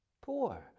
poor